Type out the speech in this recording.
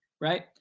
Right